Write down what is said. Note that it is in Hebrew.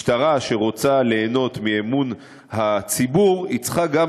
משטרה שרוצה ליהנות מאמון הציבור צריכה גם